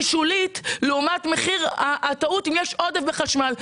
הוא שולי לעומת מחיר הטעות אם יש עודף בחשמל.